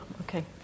okay